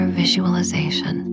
visualization